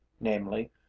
namely